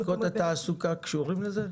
לשכות התעסוקה קשורות לזה?